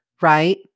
Right